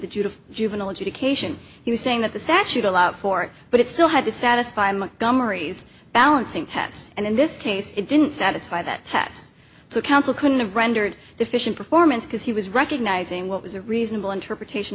to juvenile adjudication he was saying that the statute allows for it but it still had to satisfy my gum maries balancing test and in this case it didn't satisfy that test so counsel couldn't have rendered deficient performance because he was recognizing what was a reasonable interpretation